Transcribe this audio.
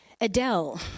Adele